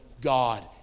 God